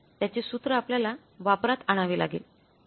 त्याचे सूत्र आपल्याला वापरात आणावे लागेल